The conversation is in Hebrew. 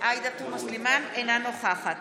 אינה נוכחת